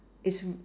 it's r~